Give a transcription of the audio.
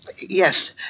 Yes